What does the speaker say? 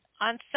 on